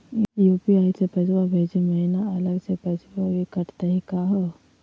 UPI स पैसवा भेजै महिना अलग स पैसवा भी कटतही का हो?